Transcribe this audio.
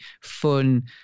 fun